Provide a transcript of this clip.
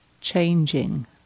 changing